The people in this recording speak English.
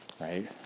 right